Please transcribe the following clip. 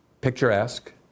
picturesque